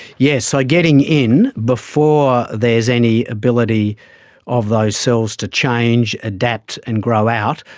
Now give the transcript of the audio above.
yes, so getting in before there's any ability of those cells to change, adapt and grow out,